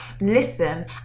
listen